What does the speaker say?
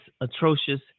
atrocious